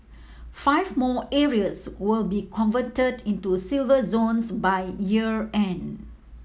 five more areas will be converted into Silver Zones by year end